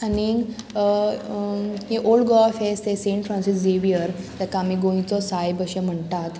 आनीक हें ओल्ड गोवा फेस्त हें सेंट फ्रांसीस झेवियर जेका आमी गोंयचो सायब अशें म्हणटात